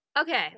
Okay